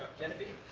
genevieve.